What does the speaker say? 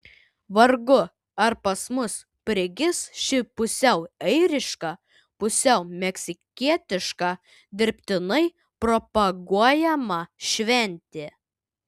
vargu ar pas mus prigis ši pusiau airiška pusiau meksikietiška dirbtinai propaguojama šventė